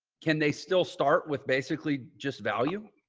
can they still start with basically just value?